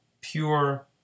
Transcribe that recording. pure